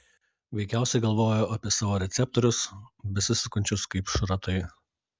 veikiausiai galvojo apie savo receptorius besisukančius kaip šratai